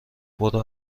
برو